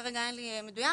כרגע אין לי מדויק.